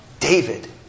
David